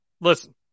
Listen